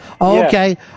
Okay